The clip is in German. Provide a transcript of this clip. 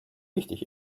wichtig